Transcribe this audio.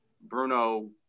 Bruno